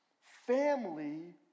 Family